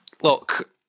look